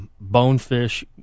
bonefish